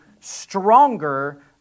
stronger